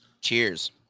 Cheers